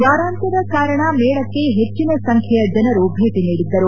ವಾರಾಂತ್ವದ ಕಾರಣ ಮೇಳಕ್ಕೆ ಹೆಚ್ಚಿನ ಸಂಖ್ಯೆಯ ಜನರು ಭೇಟ ನೀಡಿದ್ದರು